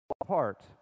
apart